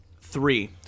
three